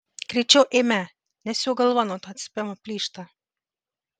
greičiau eime nes jau galva nuo to cypimo plyšta